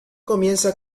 comienza